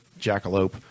Jackalope